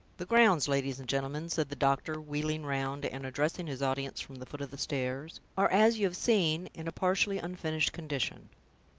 the grounds, ladies and gentlemen, said the doctor, wheeling round, and addressing his audience from the foot of the stairs, are, as you have seen, in a partially unfinished condition.